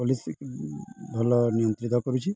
police ଭଲ ନିୟନ୍ତ୍ରିତ କରୁଛି